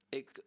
ik